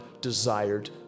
desired